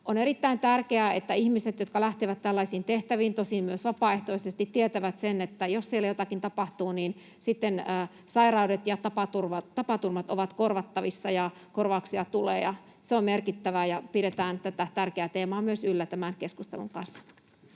On erittäin tärkeää, että ihmiset, jotka lähtevät tällaisiin tehtäviin, tosin myös vapaaehtoisesti, tietävät sen, että jos siellä jotakin tapahtuu, sitten sairaudet ja tapaturmat ovat korvattavissa ja korvauksia tulee. Se on merkittävää, ja pidetään myös tätä tärkeää teemaa yllä tämän keskustelun kanssa.